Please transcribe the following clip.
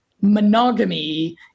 monogamy